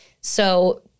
So-